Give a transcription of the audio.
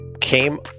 came